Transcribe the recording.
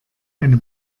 eine